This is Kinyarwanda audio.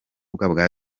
bwa